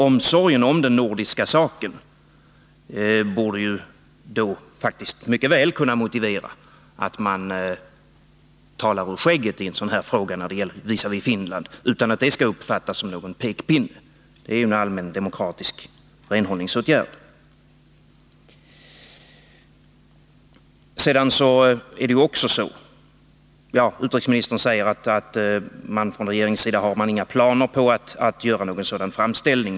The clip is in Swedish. Omsorgen om den nordiska saken borde då faktiskt mycket väl kunna motivera att man talar ur skägget visavi Finland utan att det uppfattas som en pekpinne. Det är en allmänt demokratisk renhållningsåtgärd. Utrikesministern säger att regeringen inte har några planer på att göra en sådan framställning.